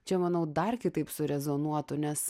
čia manau dar kitaip surezonuotų nes